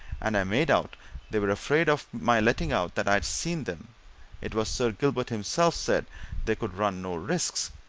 and i made out they were afraid of my letting out that i'd seen them it was sir gilbert himself said they could run no risks.